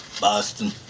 Boston